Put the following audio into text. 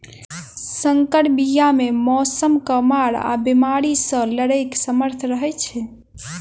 सँकर बीया मे मौसमक मार आ बेमारी सँ लड़ैक सामर्थ रहै छै